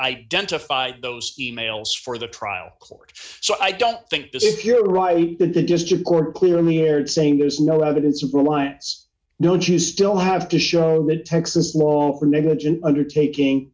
identified those e mails for the trial court so i don't think that if you're right that the district court clearly erred saying there's no evidence of reliance no and you still have to show that texas long negligent undertaking